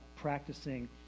practicing